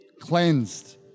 cleansed